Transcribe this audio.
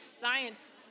Science